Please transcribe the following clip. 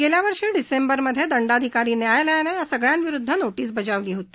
गेल्यावर्षी डिसेंबरमधे दंडाधिकारी न्यायालयानं या सगळ्यांविरुद्ध नोटीस बजावली होती